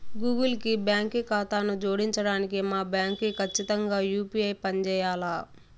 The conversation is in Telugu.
గూగుల్ కి బాంకీ కాతాను జోడించడానికి మా బాంకీ కచ్చితంగా యూ.పీ.ఐ పంజేయాల్ల